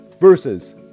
versus